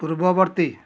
ପୂର୍ବବର୍ତ୍ତୀ